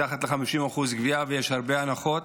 מתחת ל-50% גבייה, ויש הרבה הנחות